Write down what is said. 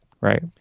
Right